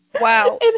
Wow